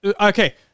Okay